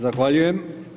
Zahvaljujem.